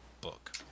book